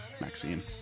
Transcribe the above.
Maxine